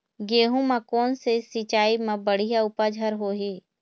गेहूं म कोन से सिचाई म बड़िया उपज हर होही?